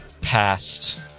past